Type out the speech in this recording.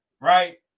right